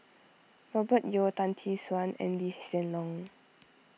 Robert Yeo Tan Tee Suan and Lee Hsien Loong